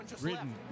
Written